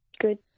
good